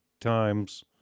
times